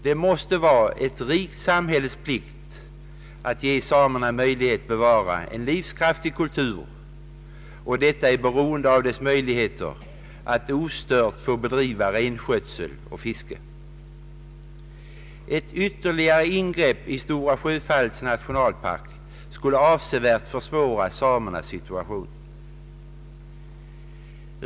Det måste vara ett rikt samhälles plikt att ge samerna möjlighet att bevara en livs kraftig kultur, och detta är beroende av deras möjligheter att ostört bedriva renskötsel och fiske. Ett ytterligare ingrepp i Stora Sjöfallets nationalpark skulle avsevärt försvåra samernas Ssituation.